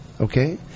Okay